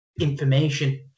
information